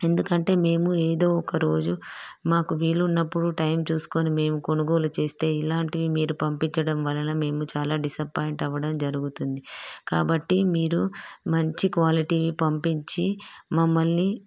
ఎందుకంటే మేము ఏదో ఒక రోజు మాకు వీలున్నప్పుడు టైం చూసుకొని మేము కొనుగోలు చేస్తే ఇలాంటివి మీరు పంపించడం వలన మేము చాలా డిసప్పాయింట్ అవ్వడం జరుగుతుంది కాబట్టి మీరు మంచి క్వాలిటీ పంపించి మమ్మల్ని